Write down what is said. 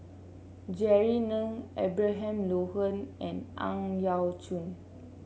Jerry Ng Abraham Logan and Ang Yau Choon